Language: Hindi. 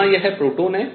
यहाँ यह प्रोटॉन है